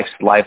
life